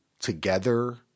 together